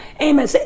Amen